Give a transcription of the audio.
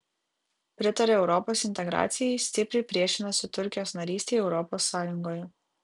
pritaria europos integracijai stipriai priešinasi turkijos narystei europos sąjungoje